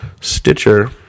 Stitcher